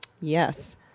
yes